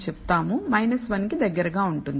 1 కి దగ్గరగా ఉంటుంది